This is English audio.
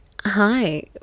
Hi